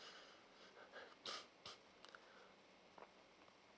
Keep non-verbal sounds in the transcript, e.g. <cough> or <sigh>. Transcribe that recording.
<breath>